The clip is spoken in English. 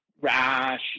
rash